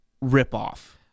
rip-off